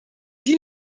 die